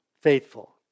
faithful